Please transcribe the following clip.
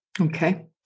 Okay